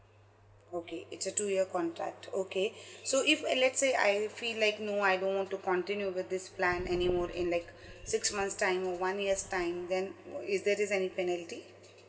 okay it's a two year contract okay so if uh let's say I feel like no I don't want to continue with this plan anymore in like six months time or one year's time then is there is any penalty